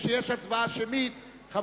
מה שלא היה משתנה בקדנציה הקודמת.